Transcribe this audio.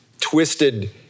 twisted